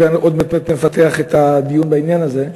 עוד מעט נפתח את הדיון בעניין הזה.